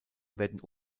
werden